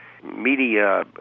media